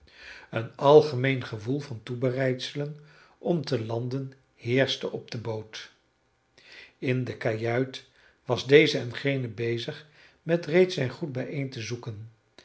een algemeen gewoel van toebereidselen om te landen heerschte op de boot in de kajuit was deze en gene bezig met reeds zijn goed bijeen te zoeken